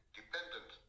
dependent